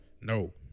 No